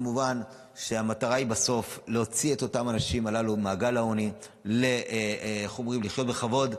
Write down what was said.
כמובן שהמטרה היא בסוף להוציא את האנשים הללו ממעגל העוני לחיות בכבוד,